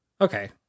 Okay